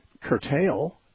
curtail